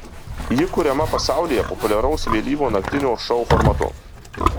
ji kuriama pasaulyje populiaraus vėlyvo naktinio šou formatu